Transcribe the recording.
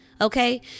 Okay